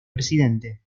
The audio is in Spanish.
presidente